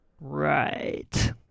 Right